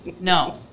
no